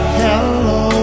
hello